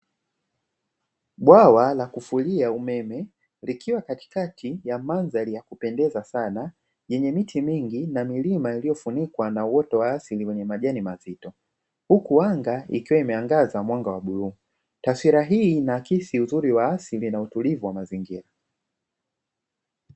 Bwawa la kufulia umeme likiwa katikati ya mandhari ya kupendeza sana, yenye miti mingi na milima iliyofunikwa na uoto wa asili wenye majani mazito; huku anga ikiwa imeangaza mwanga wa bluu. Taswira hii inaakisi uzuri wa asili utulivu wa mazingira.